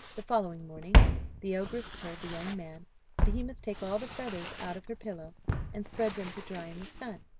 the following morning the ogress told the young man that he must take all the feathers out of her pillows and spread them to dry in the sun.